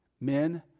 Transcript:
men